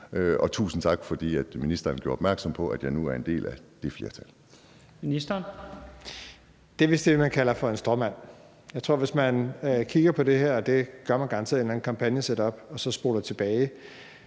Og tusind tak for, at ministeren gjorde opmærksom på, at jeg nu er en del af det flertal.